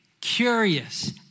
curious